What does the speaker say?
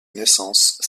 naissance